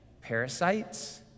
parasites